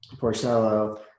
Porcello